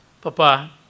Papa